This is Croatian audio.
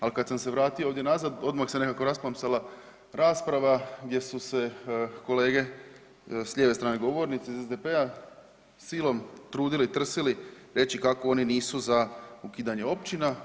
Ali kada sam se vratio ovdje nazad, odmah se nekako rasplamsala rasprava gdje su se kolege sa lijeve strane govornice SDP-a silom trudili, trsili reći kako oni nisu za ukidanje općina.